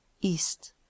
East